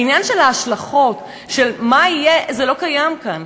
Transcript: העניין של ההשלכות של מה יהיה, זה לא קיים כאן.